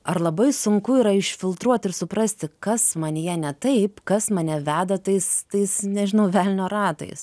ar labai sunku yra išfiltruot ir suprasti kas manyje ne taip kas mane veda tais tais nežinau velnio ratais